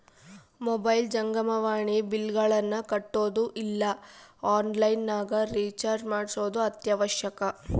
mobile ಜಂಗಮವಾಣಿ ಬಿಲ್ಲ್ಗಳನ್ನ ಕಟ್ಟೊದು ಇಲ್ಲ ಆನ್ಲೈನ್ ನಗ ರಿಚಾರ್ಜ್ ಮಾಡ್ಸೊದು ಅತ್ಯವಶ್ಯಕ